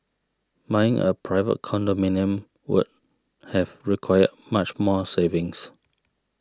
buying a private condominium would have required much more savings